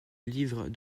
livres